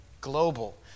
global